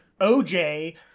oj